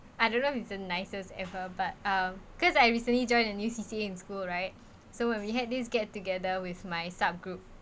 I don't know if it's a nicest ever but uh cause I recently joined the new C_C_A in school right so when we had these get together with my sub group